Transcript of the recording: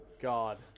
god